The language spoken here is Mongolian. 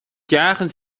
жаахан